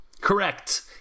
correct